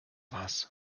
was